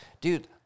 dude